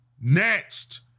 next